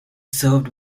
served